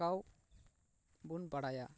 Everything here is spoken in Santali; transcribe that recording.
ᱟᱸᱠᱟᱣ ᱵᱚᱱ ᱵᱟᱲᱟᱭᱟ